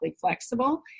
flexible